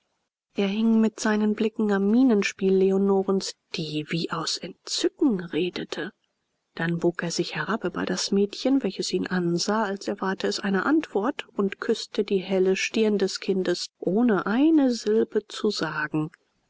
er hing mit seinen blicken am mienenspiel leonorens die wie aus entzücken redete dann bog er sich herab über das mädchen welches ihn ansah als erwarte es eine antwort und küßte die helle stirn des kindes ohne eine silbe zu sagen